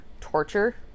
torture